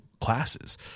classes